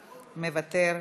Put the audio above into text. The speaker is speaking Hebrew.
מוותר,